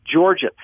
Georgia